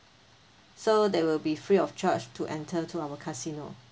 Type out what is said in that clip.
so that will be free of charge to enter to our casino